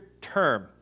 term